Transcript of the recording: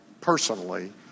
personally